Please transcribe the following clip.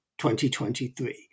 2023